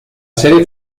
serie